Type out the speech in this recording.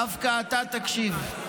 דווקא אתה תקשיב.